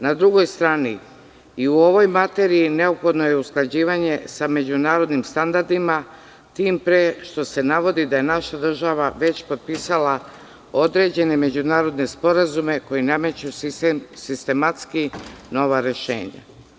Na drugoj strani i u ovoj materiji neophodno je usklađivanje sa međunarodnim standardima tim pre što se navodi da je naša država već potpisala određene međunarodne sporazume koji nameću sistematski nova rešenja.